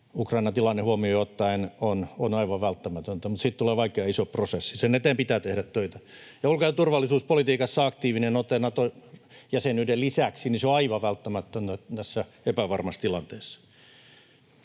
Ukrainan tilanne huomioon ottaen on aivan välttämätöntä, mutta siitä tulee vaikea ja iso prosessi. Sen eteen pitää tehdä töitä. Ulko- ja turvallisuuspolitiikassa aktiivinen ote Nato-jäsenyyden lisäksi on aivan välttämätön tässä epävarmassa tilanteessa.